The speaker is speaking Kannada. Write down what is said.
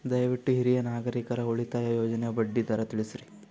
ದಯವಿಟ್ಟು ಹಿರಿಯ ನಾಗರಿಕರ ಉಳಿತಾಯ ಯೋಜನೆಯ ಬಡ್ಡಿ ದರ ತಿಳಸ್ರಿ